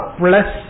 plus